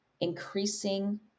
increasing